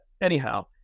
anyhow